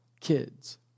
kids